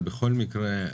בכל מקרה,